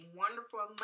wonderful